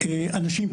אנשים,